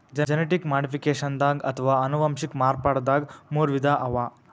genetic ಮಾಡಿಫಿಕೇಷನ್ದಾಗ್ ಅಥವಾ ಅನುವಂಶಿಕ್ ಮಾರ್ಪಡ್ದಾಗ್ ಮೂರ್ ವಿಧ ಅವಾ